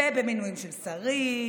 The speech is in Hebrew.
במינויים של שרים,